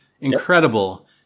incredible